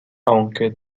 aunque